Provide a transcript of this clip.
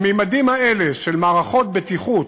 הממדים האלה של מערכות בטיחות,